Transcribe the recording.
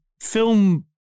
film